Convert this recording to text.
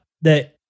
that-